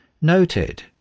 noted